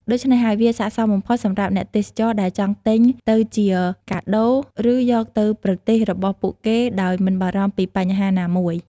ដូច្នេះហើយ វាស័ក្តិសមបំផុតសម្រាប់អ្នកទេសចរណ៍ដែលចង់ទិញទៅជាកាដូ ឬយកទៅប្រទេសរបស់ពួកគេដោយមិនបារម្ភពីបញ្ហាណាមួយ។